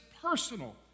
personal